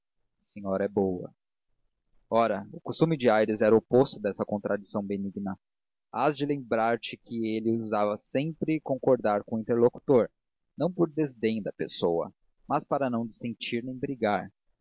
senhora é boa ora o costume de aires era o oposto dessa contradição benigna hás de lembrar-te que ele usava sempre concordar com o interlocutor não por desdém da pessoa mas para não dissentir nem brigar